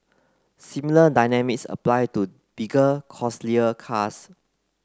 similar dynamics apply to bigger costlier cars